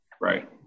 Right